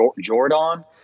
Jordan